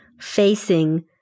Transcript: facing